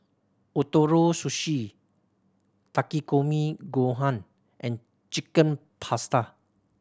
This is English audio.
Ootoro Sushi Takikomi Gohan and Chicken Pasta